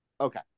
Okay